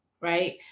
Right